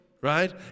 right